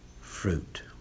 fruit